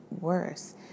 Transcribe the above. worse